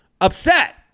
upset